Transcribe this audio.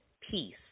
Peace